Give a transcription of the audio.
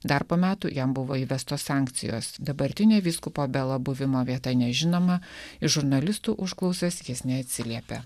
dar po metų jam buvo įvestos sankcijos dabartinė vyskupo belo buvimo vieta nežinoma į žurnalistų užklausas jis neatsiliepia